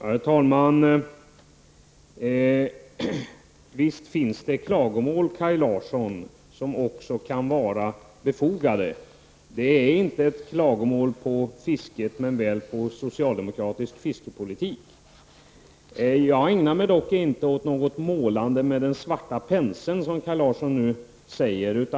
Herr talman! Visst finns det också klagomål som kan vara befogade. Klagomålen hänför sig inte till fisket, men väl till socialdemokratisk fiskepolitik. Jag ägnar mig dock inte åt något målande med den svarta penseln, som Kaj Larsson påstod.